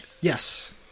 Yes